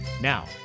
Now